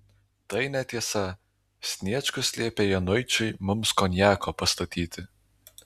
tai netiesa sniečkus liepė januičiui mums konjako pastatyti